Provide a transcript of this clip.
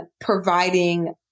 providing